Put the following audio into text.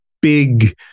big